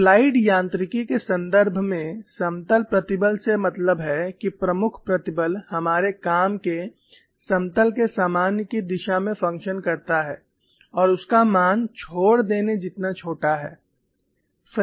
applied यांत्रिकी के संदर्भ में समतल प्रतिबल से मतलब है कि प्रमुख प्रतिबल हमारे काम के समतल के सामान्य की दिशा में फंक्शन करता है और उसका मान छोड़ देने जितना छोटा है